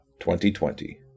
2020